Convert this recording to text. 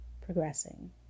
progressing